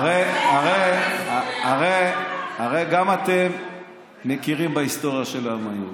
הרי גם אתם מכירים בהיסטוריה של העם היהודי,